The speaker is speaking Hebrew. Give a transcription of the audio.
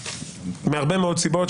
מהרבה מאוד סיבות,